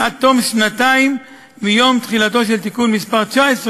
עד תום שנתיים מיום תחילתו של תיקון מס' 19,